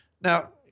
Now